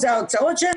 אלה ההוצאות שלהם.